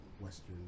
western